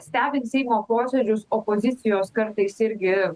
stebint seimo posėdžius opozicijos kartais irgi